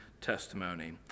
testimony